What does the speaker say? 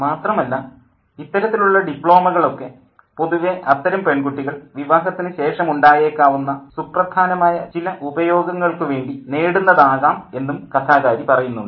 മാത്രമല്ല ഇത്തരത്തിലുള്ള ഡിപ്ലോമകൾ ഒക്കെ പൊതുവേ അത്തരം പെൺകുട്ടികൾ വിവാഹത്തിന് ശേഷമുണ്ടായേക്കാവുന്ന സുപ്രധാനമായ ചില ഉപയോഗങ്ങൾക്കു വേണ്ടി നേടുന്നതാകാം എന്നും കഥാകാരി പറയുന്നുണ്ട്